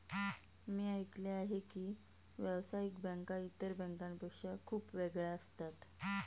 मी ऐकले आहे की व्यावसायिक बँका इतर बँकांपेक्षा खूप वेगळ्या असतात